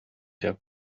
der